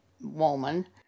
woman